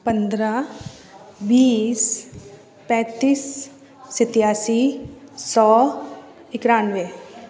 पंद्रह बीस पैंतीस सत्तासी सौ इक्यानवे